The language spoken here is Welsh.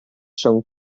rhwng